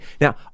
Now